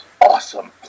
awesome